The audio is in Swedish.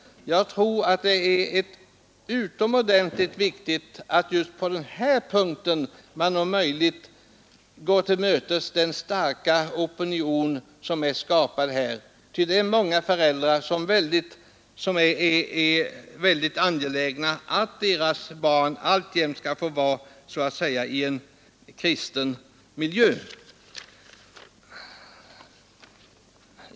Jag tror det är utomordentligt viktigt att vi just på den här punkten går till mötes den starka opinion som finns. Många föräldrar är angelägna om att deras barn alltjämt skall få vara i en kristen miljö.